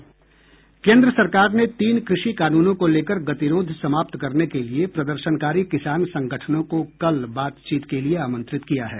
केन्द्र सरकार ने तीन कृषि कानूनों को लेकर गतिरोध समाप्त करने के लिए प्रदर्शनकारी किसान संगठनों को कल बातचीत के लिए आमंत्रित किया है